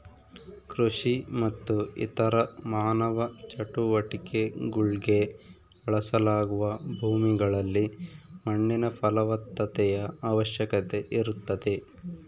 ಕೃಷಿ ಮತ್ತು ಇತರ ಮಾನವ ಚಟುವಟಿಕೆಗುಳ್ಗೆ ಬಳಸಲಾಗುವ ಭೂಮಿಗಳಲ್ಲಿ ಮಣ್ಣಿನ ಫಲವತ್ತತೆಯ ಅವಶ್ಯಕತೆ ಇರುತ್ತದೆ